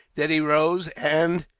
then he rose and,